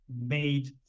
made